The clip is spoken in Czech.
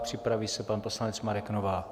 Připraví se pan poslanec Marek Novák.